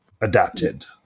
adapted